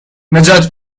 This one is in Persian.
نجات